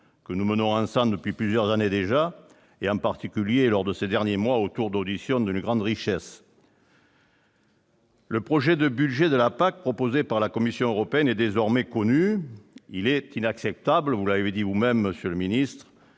que nous menons ensemble depuis plusieurs années déjà, en particulier lors de ces derniers mois où les auditions ont été d'une grande richesse. Le projet de budget de la PAC proposé par la Commission européenne est désormais connu et, comme vous l'avez dit, monsieur le ministre,